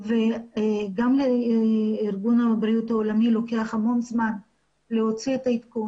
וגם לארגון הבריאות העולמי לוקח המון זמן להוציא את העדכון